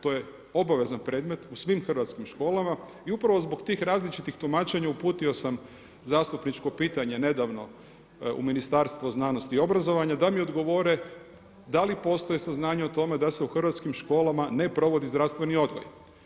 To je obavezan predmet u svim hrvatskim školama i upravo zbog tih različitih tumačenja uputio sam zastupničko pitanje nedavno u Ministarstvo znanosti i obrazovanja da mi odgovore da li postoje saznanja o tome da se u hrvatskim školama ne provodi zdravstveni odgoj.